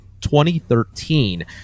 2013